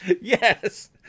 Yes